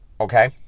okay